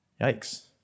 Yikes